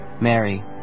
Mary